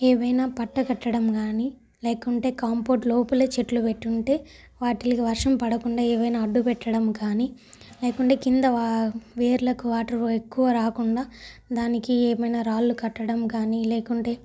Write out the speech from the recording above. ఏవైనా పట్ట కట్టడం కానీ లేకుంటే కాంపౌండ్ లోపలే చెట్లు పెట్టుంటే వాటిలికి వర్షం పడకుండా ఏవైనా అడ్డు పెట్టడం కానీ లేకుంటే కింద వేర్లకు వాటర్ ఎక్కువ రాకుండా దానికి ఏమైనా రాళ్ళు కట్టడం కానీ లేకుంటే